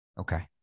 okay